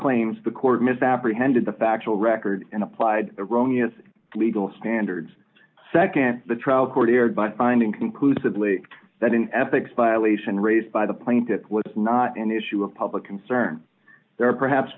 claims the court misapprehended the factual record and applied erroneous legal standards secondly the trial court erred by finding conclusively that an ethics violation raised by the plane that was not an issue of public concern there are perhaps